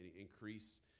increase